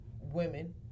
women